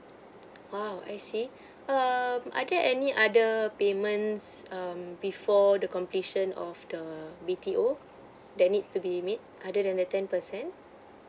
oh I see okay um are there any other payments um before the completion of the B_T_O that needs to be made other than the ten percent